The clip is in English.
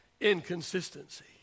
Inconsistency